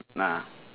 nah